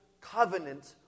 covenant